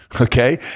Okay